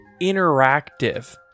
interactive